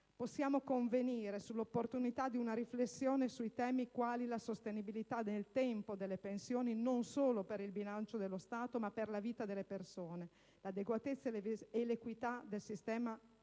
Possiamo convenire sull'opportunità di una riflessione su temi quali la sostenibilità nel tempo delle pensioni, non solo per il bilancio dello Stato ma anche per la vita delle persone, l'adeguatezza e l'equità del sistema pensionistico